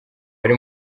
ari